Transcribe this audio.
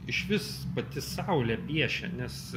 išvis pati saulė piešia nes